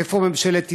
איפה ממשלת ישראל,